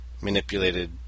manipulated